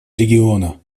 региона